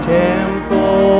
temple